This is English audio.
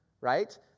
right